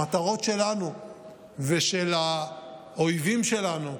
המטרות שלנו ושל האויבים שלנו,